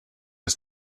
its